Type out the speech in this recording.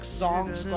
songs